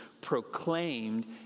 proclaimed